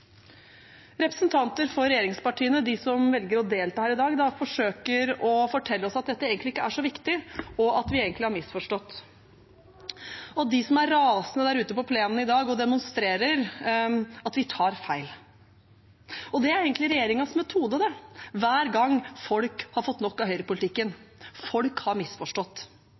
Representanter for regjeringspartiene – de som velger å delta her i dag – forsøker å fortelle oss at dette egentlig ikke er så viktig, at vi har misforstått, og at de som er rasende og demonstrerer ute på plenen i dag, tar feil. Det er egentlig regjeringens metode hver gang folk har fått nok av høyrepolitikken – folk har misforstått.